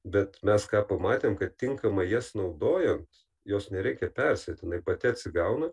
bet mes ką pamatėm kad tinkamai jas naudojant jos nereikia persėt jinai pati atsigauna